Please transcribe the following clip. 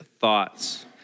thoughts